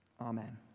Amen